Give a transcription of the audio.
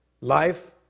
life